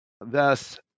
Thus